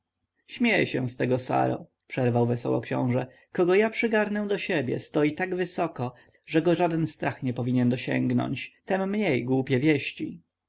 śmiej się z tego saro przerwał wesoło książę kogo ja przygarnę do siebie stoi tak wysoko że go żaden strach nie powinien dosięgać tem mniej głupie wieści